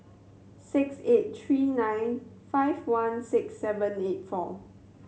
six eight three nine five one six seven eight four